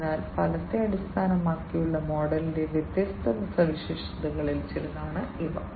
അതിനാൽ ഫലത്തെ അടിസ്ഥാനമാക്കിയുള്ള മോഡലിന്റെ വ്യത്യസ്ത സവിശേഷതകളിൽ ചിലതാണ് ഇവ